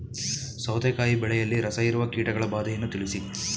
ಸೌತೆಕಾಯಿ ಬೆಳೆಯಲ್ಲಿ ರಸಹೀರುವ ಕೀಟಗಳ ಬಾಧೆಯನ್ನು ತಿಳಿಸಿ?